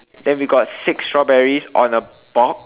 then we got six strawberries on a box